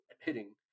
hitting